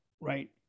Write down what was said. right